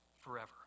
forever